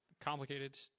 complicated